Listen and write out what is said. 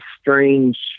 strange